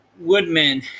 woodmen